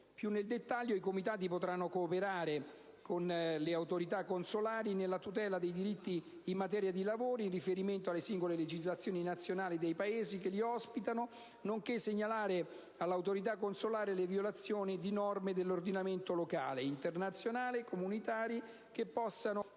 Più nel dettaglio, i Comitati potranno cooperare con le autorità consolari nella tutela dei diritti in materia di lavoro, in riferimento alle singole legislazioni nazionali dei Paesi che li ospitano, nonché segnalare all'autorità consolare le violazioni di norme dell'ordinamento locale, internazionale e comunitario, che possano